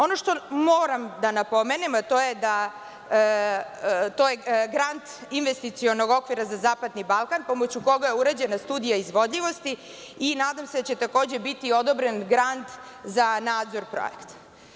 Ono što moram da napomenem, to je grant Investicionog okvira za zapadni Balkan, pomoću koga je urađena studija izvodljivosti i nadam se da će takođe biti odobren grant za nadzor projekta.